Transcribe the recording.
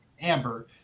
Amber